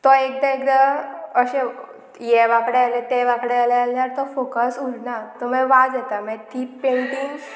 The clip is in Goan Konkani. तो एकदां एकदां अशें हें वांकडें आयलें ते वांकडे आयले जाल्यार तो फोकस उरना तो मागीर वाज येता मागीर ती पेंटींग